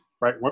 right